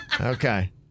Okay